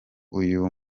uyu